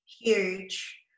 Huge